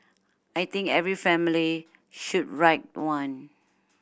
I think every family should write one